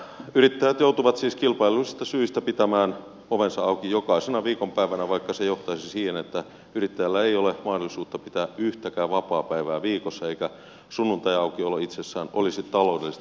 yrittäjät joutuvat siis kilpailullisista syistä pitämään ovensa auki jokaisena viikonpäivänä vaikka se johtaisi siihen että yrittäjällä ei ole mahdollisuutta pitää yhtäkään vapaapäivää viikossa eikä sunnuntaiaukiolo itsessään olisi taloudellisesti kannattavaa